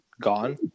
gone